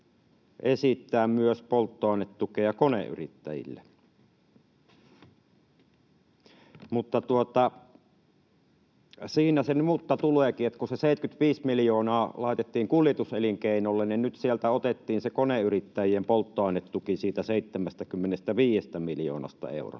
esittää myös polttoainetukea koneyrittäjille, mutta — ja siinä se mutta tuleekin — kun se 75 miljoonaa laitettiin kuljetuselinkeinolle, niin nyt sieltä otettiin koneyrittäjien polttoainetuki, siitä 75 miljoonasta eurosta,